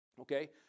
Okay